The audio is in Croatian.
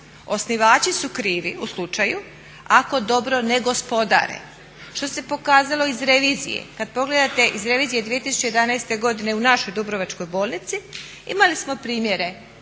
osnivači su krivi u slučaju ako dobro ne gospodare što se pokazalo iz revizije. Kad pogledate iz revizije 2011. godine u našoj dubrovačkoj bolnici imali smo primjere